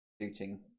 shooting